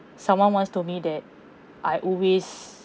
someone once told me that I always